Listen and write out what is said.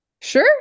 Sure